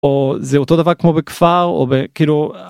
זה אותו דבר כמו בכפר וכאילו.